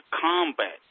combat